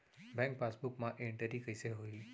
Bank passbook मा entry कइसे होही?